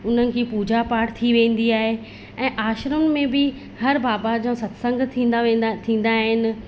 उन्हनि जी पूजा पाठ थी वेंदी आए ऐं आश्रम में बि हर बाबा जो सतसंग थींदा वेंदा थींदा आहिनि